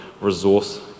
resource